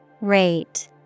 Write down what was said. Rate